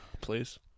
Please